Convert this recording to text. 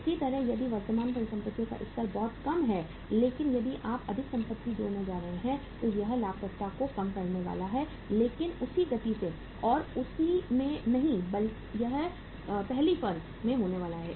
इसी तरह यदि वर्तमान संपत्ति का स्तर बहुत कम है लेकिन यदि आप अधिक संपत्ति जोड़ने जा रहे हैं तो यह लाभप्रदता को कम करने वाला है लेकिन उसी गति से और उसी में नहीं यह पहली फर्म में होने वाला है